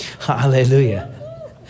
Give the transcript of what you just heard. Hallelujah